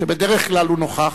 שבדרך כלל נוכח,